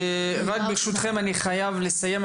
ברשותכם אני חייב לסיים,